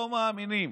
לא מאמינים